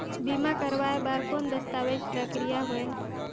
बीमा करवाय बार कौन दस्तावेज प्रक्रिया होएल?